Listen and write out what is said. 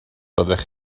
doeddech